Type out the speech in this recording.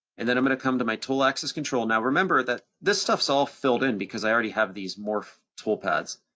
and then i'm gonna come to my tool axis control. now, remember that this stuff's all filled in because i already have these morph toolpaths.